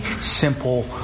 simple